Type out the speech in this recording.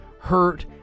hurt